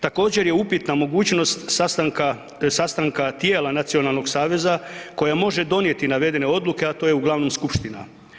Također je upitna mogućnost sastanka tijela Nacionalnog saveza koja može donijeti navedene odluke, a to je uglavnom skupština.